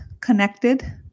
connected